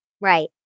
Right